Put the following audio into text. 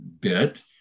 bit